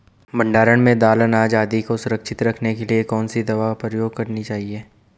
भण्डारण में दाल अनाज आदि को सुरक्षित रखने के लिए कौन सी दवा प्रयोग करनी चाहिए?